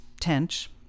tench